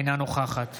אינה נוכחת